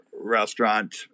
restaurant